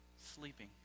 sleeping